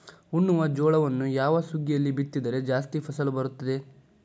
ಉಣ್ಣುವ ಜೋಳವನ್ನು ಯಾವ ಸುಗ್ಗಿಯಲ್ಲಿ ಬಿತ್ತಿದರೆ ಜಾಸ್ತಿ ಫಸಲು ಬರುತ್ತದೆ?